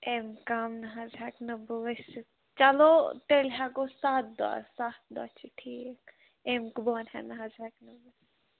اَمہِ کَم نہٕ حظ ہٮ۪کہٕ نہٕ بہٕ ؤسِتھ چلو تیٚلہِ ہٮ۪کو سَتھ دۄہ سَتھ دۄہ چھِ ٹھیٖک امۍ بۄن نہٕ حظ ہٮ۪کہٕ نہٕ ؤسِتھ